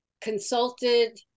consulted